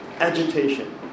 agitation